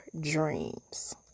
dreams